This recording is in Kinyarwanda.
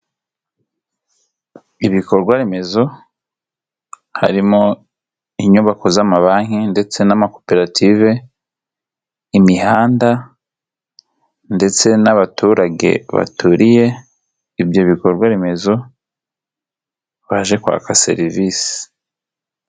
Ibikorwa remezo harimo inyubako z'amabanki ndetse n'amakoperative, imihanda ndetse n'abaturage baturiye ibyo bikorwa remezo baje kwaka serivisi.